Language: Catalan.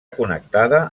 connectada